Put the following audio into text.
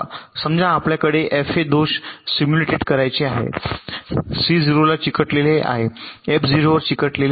समजा आपल्याला हे fa दोष सिमुलेटेड करायचे आहेत c ० ला चिकटलेले आहे f ० वर चिकटलेले आहे